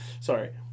sorry